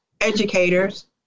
educators